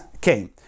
came